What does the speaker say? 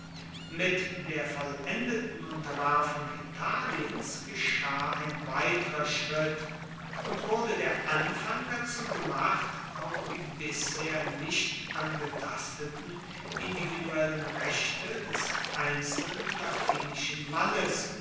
mit der vollendeten unterwerfung italiens geschah ein weiterer schritt und wurde der anfang dazu gemacht auch die bisher nicht angetasteten individuellen rechte des einzelnen latinischen mannes